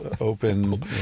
open